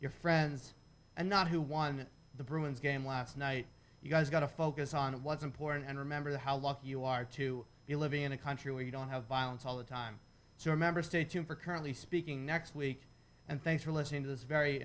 your friends and not who won the bruins game last night you've got to focus on what's important and remember how lucky you are to be living in a country where you don't have violence all the time so remember stay tuned for currently speaking next week and thanks for listening to this very